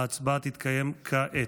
ההצבעה תתקיים כעת.